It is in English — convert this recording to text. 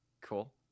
Cool